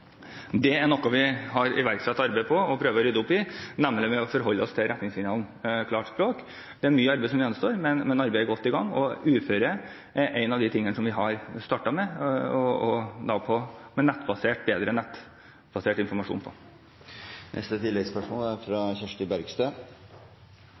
Det er noe vi har iverksatt et arbeid for og prøver å rydde opp i, nemlig ved å forholde oss til retningslinjene for klarspråk. Det er mye arbeid som gjenstår, men arbeidet er godt i gang. Uføre er en av de gruppene vi har startet med – gjennom bedre, nettbasert, informasjon. Kirsti Bergstø – til oppfølgingsspørsmål. Tallenes tale er